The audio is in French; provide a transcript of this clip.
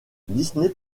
disney